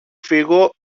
φύγω